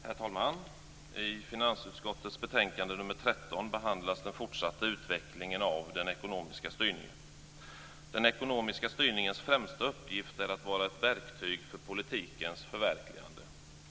Herr talman! I finansutskottets betänkande nr 13 behandlas den fortsatta utvecklingen av den ekonomiska styrningen. Den ekonomiska styrningens främsta uppgift är att vara ett verktyg för politikens förverkligande.